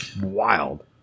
wild